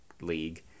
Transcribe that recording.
league